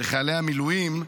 לחיילי המילואים,